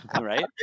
Right